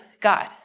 God